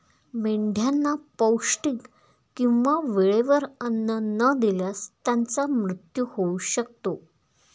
मेंढ्यांना पौष्टिक किंवा वेळेवर अन्न न दिल्यास त्यांचा मृत्यू होऊ शकतो